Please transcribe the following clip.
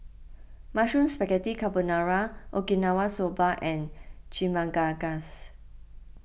Mushroom Spaghetti Carbonara Okinawa Soba and Chimichangas